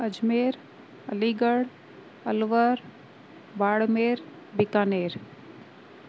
Ajmer Aligarh Alwar Barmer Bikaner